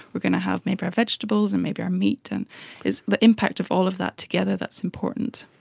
we're going to have maybe our vegetables and maybe our meat, and it's the impact of all of that together that's important.